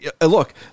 look